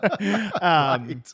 Right